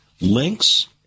links